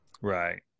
right